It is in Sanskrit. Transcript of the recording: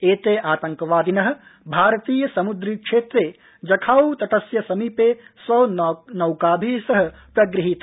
एते आतंकवादिन भारतीय सम्द्री क्षेत्रे जखाऊ तटस्य समीपे स्वनौकाभि सह प्रगृहीता